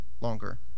longer